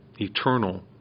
eternal